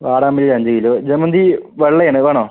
വാടാമല്ലി അഞ്ച് കിലോ ജമന്തി വെള്ളയാണ് വേണോ